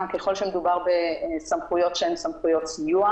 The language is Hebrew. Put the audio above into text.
בכל שמדובר בסמכויות שהן סמכויות סיוע.